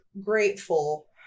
grateful